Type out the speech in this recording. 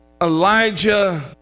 Elijah